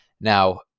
Now